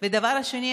הדבר השני,